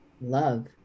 love